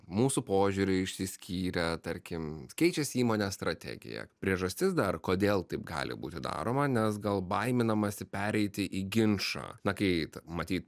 mūsų požiūriai išsiskyrę tarkim keičiasi įmonės strategija priežastis dar kodėl taip gali būti daroma nes gal baiminamasi pereiti į ginčą na kai t matyt